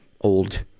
old